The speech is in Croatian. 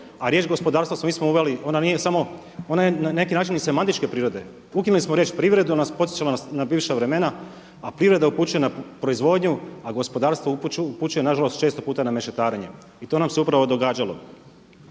a riječ gospodarstvo mi smo uveli, ona je na neki način i semantičke prirode. Ukinuli smo riječ privredu jer nas podsjeća na bivša vremena, a privreda upućuje na proizvodnju a gospodarstvo upućuje nažalost često puta na mešetarenje i to nam se upravo događalo.